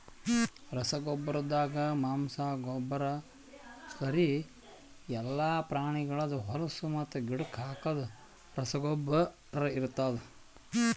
ರಸಗೊಬ್ಬರ್ದಾಗ ಮಾಂಸ, ಗೊಬ್ಬರ, ಸ್ಲರಿ ಎಲ್ಲಾ ಪ್ರಾಣಿಗಳ್ದ್ ಹೊಲುಸು ಮತ್ತು ಗಿಡಕ್ ಹಾಕದ್ ರಸಗೊಬ್ಬರ ಇರ್ತಾದ್